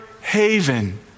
haven